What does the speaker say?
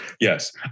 Yes